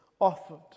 offered